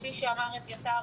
כפי שאמר אביתר,